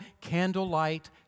candlelight